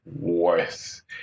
worth